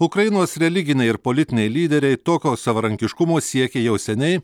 ukrainos religiniai ir politiniai lyderiai tokio savarankiškumo siekė jau seniai